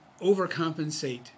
overcompensate